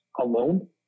alone